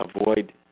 avoid